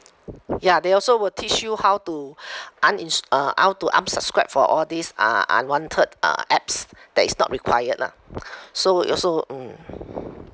ya they also will teach you how to unins~ uh how to unsubscribe for all these uh unwanted uh apps that is not required lah so ya so mm